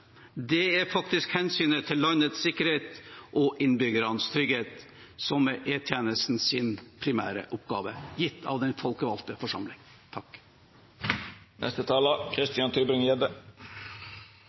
er faktisk hensynet til landets sikkerhet og innbyggernes trygghet – som er E-tjenestens primære oppgave, gitt av den folkevalgte forsamling.